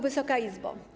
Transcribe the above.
Wysoka Izbo!